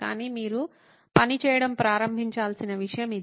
కానీ మీరు పని చేయడం ప్రారంభించాల్సిన విషయం ఇది